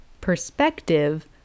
perspective